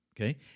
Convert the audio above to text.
Okay